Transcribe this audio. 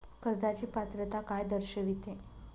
कर्जाची पात्रता काय दर्शविते?